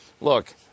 look